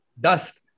dust